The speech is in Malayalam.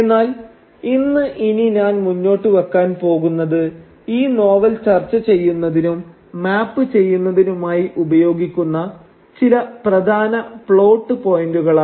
എന്നാൽ ഇന്ന് ഇനി ഞാൻ മുന്നോട്ടു വെക്കാൻ പോകുന്നത് ഈ നോവൽ ചർച്ചചെയ്യുന്നതിനും മാപ്പ് ചെയ്യുന്നതിനുമായി ഉപയോഗിക്കുന്ന ചില പ്രധാന പ്ലോട്ട് പോയിന്റുകളാണ്